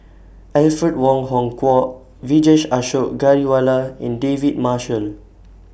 Alfred Wong Hong Kwok Vijesh Ashok Ghariwala and David Marshall